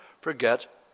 forget